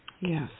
Yes